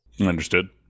Understood